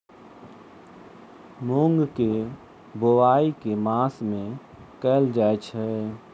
मूँग केँ बोवाई केँ मास मे कैल जाएँ छैय?